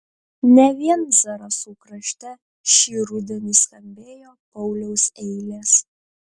ne vien zarasų krašte šį rudenį skambėjo pauliaus eilės